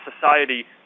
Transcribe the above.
society